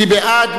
מי בעד?